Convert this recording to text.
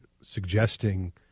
suggesting